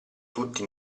tutti